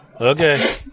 Okay